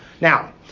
Now